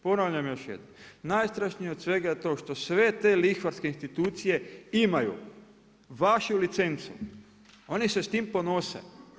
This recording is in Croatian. Ponavljam još jednom, najstrašnije od svega je to što sve te lihvarske institucije imaju vašu licencu, oni se s tim ponose.